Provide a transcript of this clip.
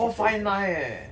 four five nine eh